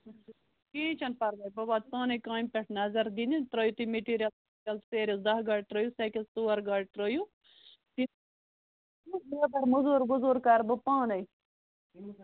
کِہیٖنٛۍ چھُنہٕ پَرواے بہٕ واتہٕ پانَے کامہِ پٮ۪ٹھ نظر دِنہِ ترٛٲوِو تُہۍ مِٹیٖریَل سیریَس دَہ گاڑِ ترٛٲیِو سیٚکٮ۪س ژور گاڑِ ترٛٲوِو یتھ لیبَر موٚزوٗر ؤزوٗر کَرٕ بہٕ پانَے